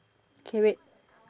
okay wait